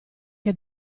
che